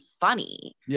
funny